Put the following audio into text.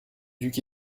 duc